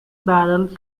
barrels